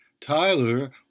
Tyler